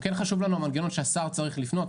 כן חשוב לנו המנגנון שהשר צריך לפנות.